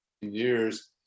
years